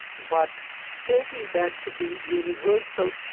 but taking that to be universal,